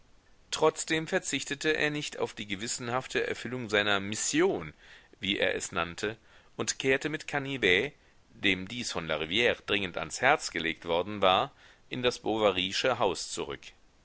trotzdem verzichtete er nicht auf die gewissenhafte erfüllung seiner mission wie er es nannte und kehrte mit canivet dem dies von larivire dringend ans herz gelegt worden war in das bovarysche haus zurück